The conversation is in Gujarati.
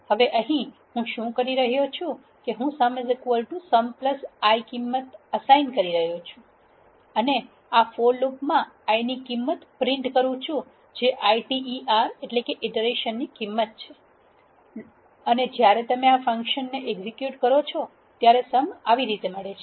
હવે અહી હુ શું કરી રહ્યો છું કે હું sumsum i કિંમત એસાઇન કરી રહ્યો છુ અને આ ફોર લુપ માં i ની કિંમત પ્રિન્ટ કરૂ છુ જે iter કિંમત છે લુપ ની અને જ્યારે તમે આ ફંક્શન એક્ઝેક્યુટ કરો ત્યારે સમ આવી રીતે મળે છે